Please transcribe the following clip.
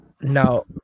now